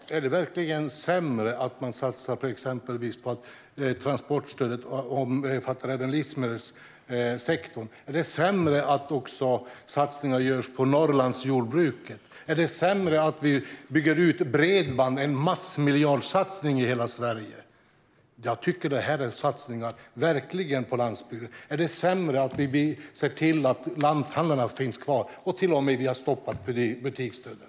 Fru talman! Är det verkligen sämre att man exempelvis satsar på att transportstödet ska omfatta även livsmedelssektorn? Är det sämre att satsningar också görs på Norrlandsjordbruket? Är det sämre att vi bygger ut bredband i en massmiljardsatsning i hela Sverige? Jag tycker att detta verkligen är satsningar på landsbygden. Är det sämre att vi ser till att lanthandlarna finns kvar? Vi har till och med stoppat butiksdöden.